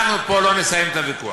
אנחנו לא נסיים פה את הוויכוח.